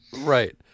right